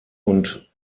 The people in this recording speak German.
und